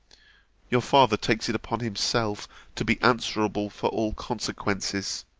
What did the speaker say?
your father takes it upon himself to be answerable for all consequences.